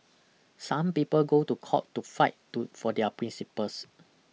some people go to court to fight to for their principles